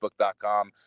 facebook.com